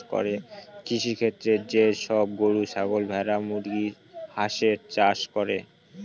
কৃষিক্ষেত্রে যে সব গরু, ছাগল, ভেড়া, মুরগি, হাঁসের চাষ করে